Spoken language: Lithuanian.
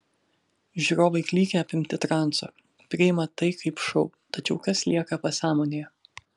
žiūrovai klykia apimti transo priima tai kaip šou tačiau kas lieka pasąmonėje